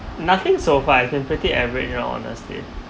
nothing so far I've been pretty average you know honestly